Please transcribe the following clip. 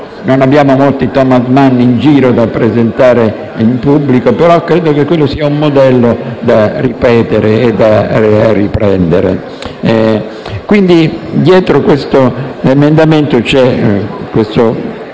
Non abbiamo molti Thomas Mann in giro da presentare in pubblico, ma credo che quello sia un modello da ripetere e riprendere. Quindi, dietro l'emendamento in esame